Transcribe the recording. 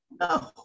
No